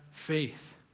faith